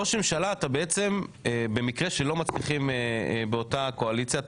ראש ממשלה אתה בעצם במקרה שלא מצליחים באותה הקואליציה,